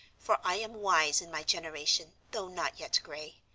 for i am wise in my generation, though not yet gray.